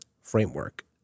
framework